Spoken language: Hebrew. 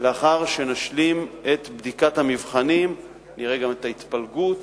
לאחר שנשלים את בדיקת המבחנים, נראה את ההתפלגות